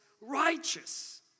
righteous